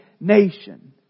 nation